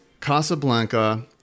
Casablanca